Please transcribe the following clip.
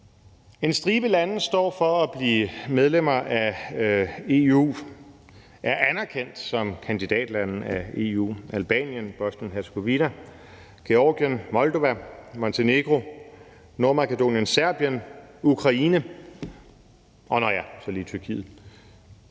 En stribe lande står for at blive medlemmer af EU, er anerkendt som kandidatlande af EU: Albanien, Bosnien-Hercegovina, Georgien, Moldova, Montenegro, Nordmakedonien, Serbien, Ukraine og, nåh ja, så lige Tyrkiet.